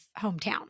hometown